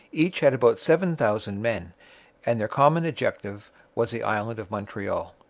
each had about seven thousand men and their common objective was the island of montreal.